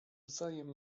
wzajem